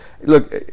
Look